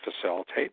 facilitate